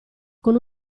con